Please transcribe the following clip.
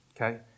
Okay